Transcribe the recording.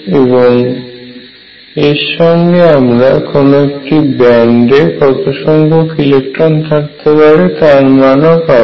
এবং এর সঙ্গে আমরা কোন একটি ব্যান্ডে কতসংখ্যক ইলেকট্রন থাকতে পারে তার মানও পাব